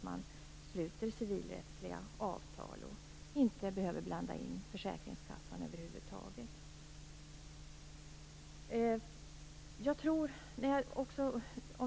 Man sluter civilrättsliga avtal och behöver inte blanda in försäkringskassan över huvud taget.